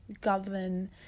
govern